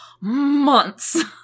months